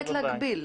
למה להגביל?